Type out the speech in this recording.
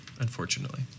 unfortunately